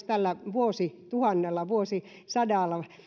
tällä vuosituhannella vuosisadalla